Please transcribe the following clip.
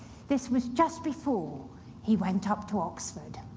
this was just before he went up to oxford.